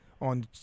on